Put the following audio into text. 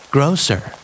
Grocer